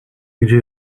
gdzie